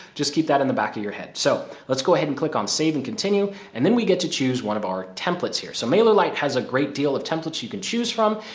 just keep that in the back of your head. so let's go ahead and click on save and continue and then we get to choose one of our templates here. so mailer light has a great deal of templates you can choose from.